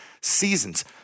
seasons